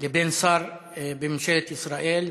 לבין שר בממשלת ישראל,